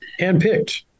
handpicked